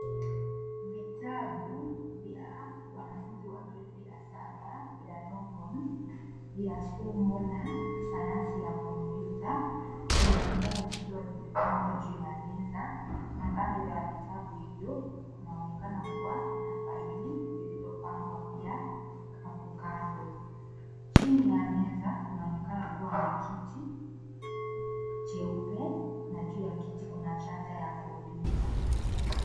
Vitabu vya wanafunzi wa grade ya saba ya Longhorn vya somo la sayansi ya kompyuta vinaonekana vikiwa vimepangwa juu ya meza na kando ya vitabu hivyo kunaonekana kuwa na faili zilizopangwa pia hapo kando. Chini ya meza kunaonekana kuwa na kiti cheupe na juu ya kiti kuna chaja ya kompyuta.